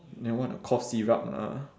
that one a cough syrup lah